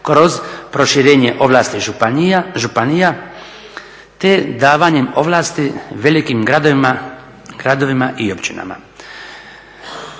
kroz proširenje ovlasti županija te davanjem ovlasti velikim gradovima i općinama.